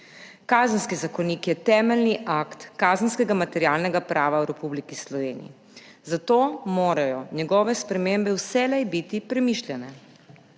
Kazenski zakonik je temeljni akt kazenskega materialnega prava v Republiki Sloveniji, zato morajo njegove spremembe vselej biti premišljene.